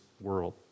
world